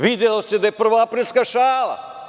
Videlo se ja je prvoaprilska šala.